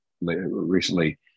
recently